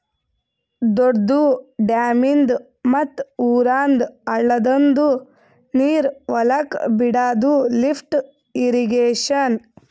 ದೊಡ್ದು ಡ್ಯಾಮಿಂದ್ ಮತ್ತ್ ಊರಂದ್ ಹಳ್ಳದಂದು ನೀರ್ ಹೊಲಕ್ ಬಿಡಾದು ಲಿಫ್ಟ್ ಇರ್ರೀಗೇಷನ್